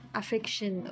affection